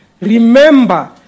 remember